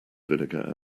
vinegar